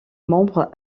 membre